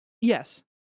yes